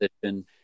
position